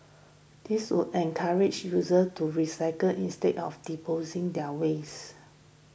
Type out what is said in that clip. this would encourage users to recycle instead of disposing their waste